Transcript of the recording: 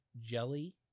jelly